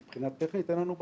מבחינה טכנית אין לנו בעיה.